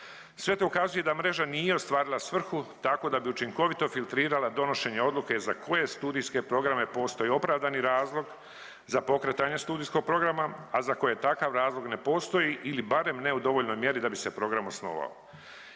Sve to ukazuje da mreža nije ostvarila svrhu tako da bi učinkovito filtrirala donošenje odluke za koje studijske programe postoji opravdani razlog za pokretanje studijskog programa, a za koje takav razlog ne postoji ili barem ne u dovoljnoj mjeri da bi se program osnovao.